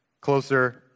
closer